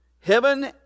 Heaven